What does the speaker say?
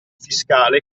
fiscale